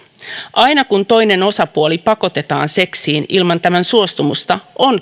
aina kun toinen osapuoli pakotetaan seksiin ilman tämän suostumusta on